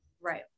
Right